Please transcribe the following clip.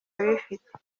abifite